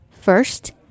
First